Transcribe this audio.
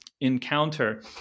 encounter